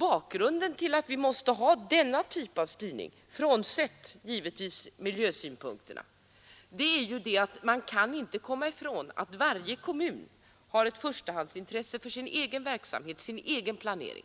Bakgrunden till att vi måste ha denna typ av styrning — frånsett givetvis miljösynpunkterna — är ju att man inte kan komma ifrån att varje kommun har ett förstahandsintresse för sin egen verksamhet och sin egen planering.